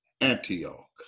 Antioch